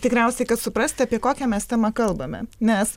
tikriausiai kad suprasti apie kokią mes temą kalbame nes